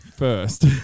First